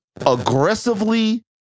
aggressively